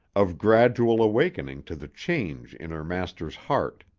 of gradual awakening to the change in her master's heart.